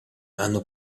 hanno